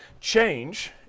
change